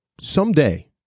someday